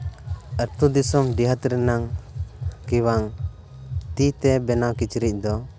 ᱟᱹᱛᱩ ᱫᱤᱥᱚᱢ ᱰᱤᱦᱟᱹᱛ ᱨᱮᱱᱟᱜ ᱜᱮᱵᱟᱝ ᱛᱤᱛᱮ ᱵᱮᱱᱟᱣ ᱠᱤᱪᱨᱤᱡ ᱫᱚ